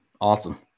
Awesome